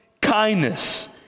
kindness